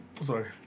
sorry